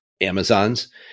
Amazons